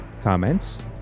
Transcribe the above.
Comments